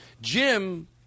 Jim